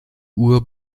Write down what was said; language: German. uhr